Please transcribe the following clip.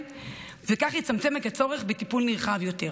וכך יצמצם את הצורך בטיפול נרחב יותר.